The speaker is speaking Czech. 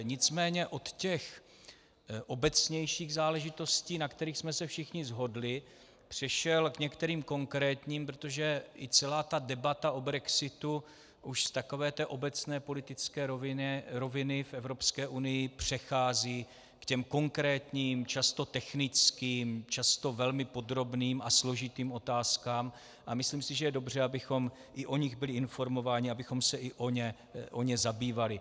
Nicméně bych od těch obecnějších záležitostí, na kterých jsme se všichni shodli, přešel k některým konkrétním, protože i celá debata o brexitu už z takové té obecné roviny v Evropské unii přechází k těm konkrétním, často technickým, často velmi podrobným a složitým otázkám a myslím si, že je dobře, abychom i o nich byli informováni, abychom se i jimi zabývali.